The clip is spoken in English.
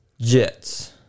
Jets